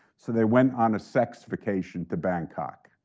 so they went on a sex vacation to bangkok.